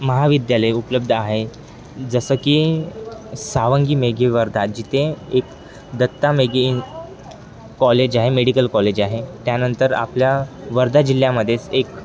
महाविद्यालये उपलब्ध आहे जसं की सावंगी मेघे वर्धा जिथे एक दत्ता मेघे कॉलेज आहे मेडिकल कॉलेज आहे त्यानंतर आपल्या वर्धा जिल्ह्यामध्येच एक